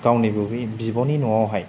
गावनि गुबै बिब'नि न'आवहाय